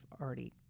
already